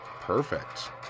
perfect